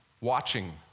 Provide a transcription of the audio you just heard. Watching